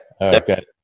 Okay